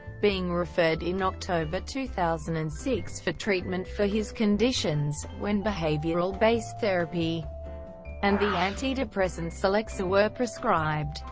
being referred in october two thousand and six for treatment for his conditions, when behavioral-based therapy and the antidepressant celexa were prescribed.